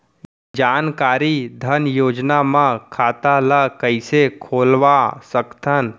जानकारी धन योजना म खाता ल कइसे खोलवा सकथन?